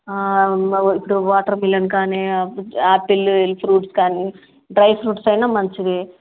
ఇప్పుడు వాటర్మిలన్ కానీ apple fruits కానీ డ్రై ఫ్రూట్స్ అయినా మంచిది